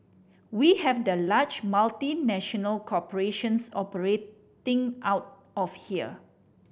we have the large multinational corporations operating out of here